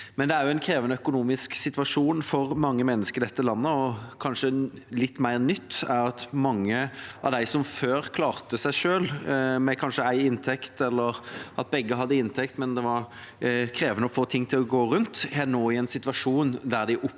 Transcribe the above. Det er en krevende økonomisk situasjon for mange mennesker i dette landet, og kanskje litt mer nytt er at mange av dem som før klarte seg selv med én inntekt, eller der begge hadde inntekt, men det var krevende å få ting til å gå rundt, nå er i en situasjon der de opplever